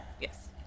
Yes